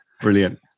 Brilliant